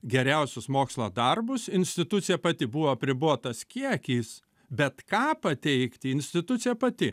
geriausius mokslo darbus institucija pati buvo apribotas kiekis bet ką pateikti institucija pati